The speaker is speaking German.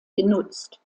genutzt